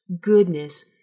goodness